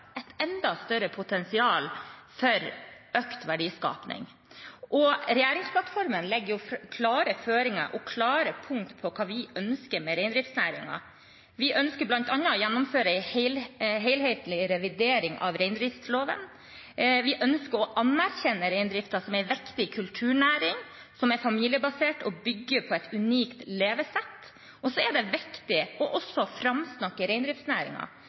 klare punkt for hva vi ønsker med reindriftsnæringen. Vi ønsker bl.a. å gjennomføre en helhetlig revidering av reindriftsloven. Vi ønsker å anerkjenne reindriften som en viktig kulturnæring som er familiebasert og bygger på et unikt levesett. Det er også viktig å framsnakke reindriftsnæringen, for ofte når vi snakker om matpolitikk, snakker vi om landbruk, men reindriftsnæringen er også